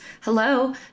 Hello